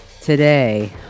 Today